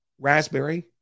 raspberry